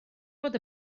bod